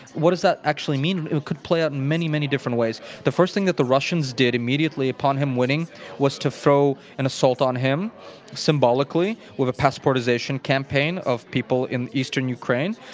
what does that actually mean? it could play out in many, many different ways. the first thing that the russians did immediately upon him winning was to throw an assault on him symbolically with a passport-ization campaign of people in eastern ukraine.